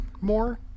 more